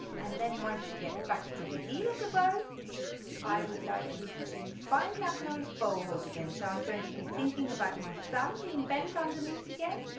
and then once you get back to the heel of the bow i would like you to find that nice bow hold again so i'm going to be thinking about my thumb being bent underneath again,